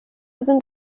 sind